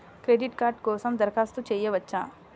Credit card కోసం దరఖాస్తు చేయవచ్చా?